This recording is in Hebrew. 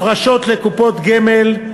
הפרשות לקופות גמל,